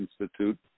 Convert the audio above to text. institute